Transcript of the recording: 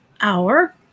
Hour